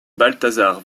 balthazar